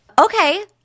Okay